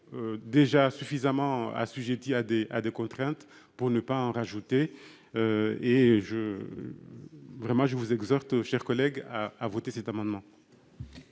Déjà suffisamment assujettis à des à des contraintes pour ne pas en rajouter. Et je. Vraiment je vous exhorte chers collègues à voter cet amendement.